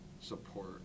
support